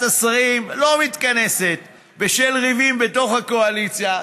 השרים לא מתכנסת בשל ריבים בתוך הקואליציה.